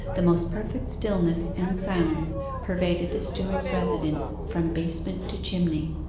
the most perfect stillness and silence pervaded the steward's residence from basement to chimney.